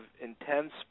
intense